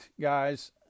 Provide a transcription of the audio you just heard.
guys